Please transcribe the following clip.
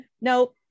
nope